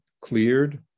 cleared